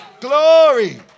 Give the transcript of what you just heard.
glory